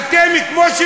אתם כמו,